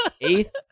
eighth